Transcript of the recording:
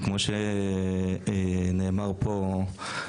כמו שנאמר פה,